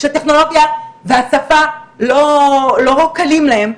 שהטכנולוגיה והשפה לא קלים להם,